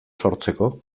sortzeko